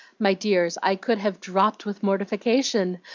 my dears, i could have dropped with mortification!